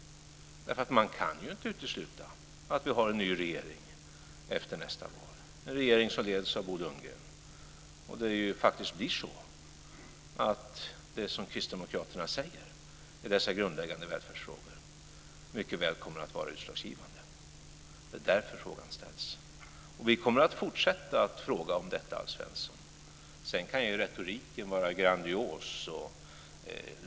Man kan inte utesluta att vi har en ny regering efter nästa val, en regering som leds av Bo Lundgren. Det kan mycket väl bli så att det kristdemokraterna säger i dessa grundläggande välfärdsfrågor kommer att vara utslagsgivande. Det är därför frågan ställs. Vi kommer att fortsätta fråga om detta, Alf Svensson. Retoriken kan vara grandios.